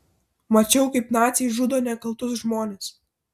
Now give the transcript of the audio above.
mačiau kaip naciai žudo nekaltus žmones